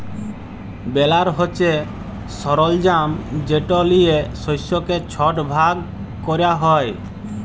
বেলার হছে সরলজাম যেট লিয়ে শস্যকে ছট ভাগ ক্যরা হ্যয়